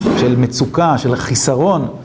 של מצוקה, של חיסרון.